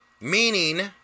Meaning